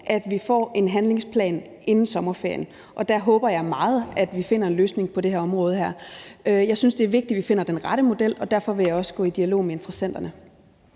at vi får en handlingsplan inden sommerferien, og at jeg meget håber, at vi finder en løsning på det her område. Jeg synes, det er vigtigt, at vi finder den rette model, og derfor vil jeg også gå i dialog med interessenterne.